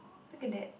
look at that